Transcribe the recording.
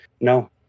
No